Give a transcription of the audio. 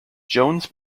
jones